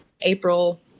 April